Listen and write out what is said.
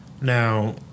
Now